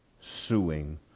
suing